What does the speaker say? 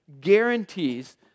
guarantees